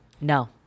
No